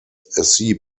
sea